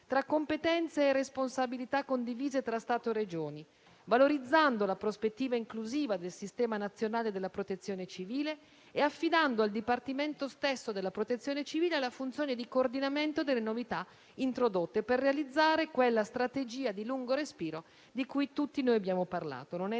tra competenze e responsabilità condivise tra Stato e Regioni, valorizzando la prospettiva inclusiva del sistema nazionale della Protezione civile e affidando al Dipartimento stesso della Protezione civile la funzione di coordinamento delle novità introdotte, per realizzare quella strategia di lungo respiro di cui tutti noi abbiamo parlato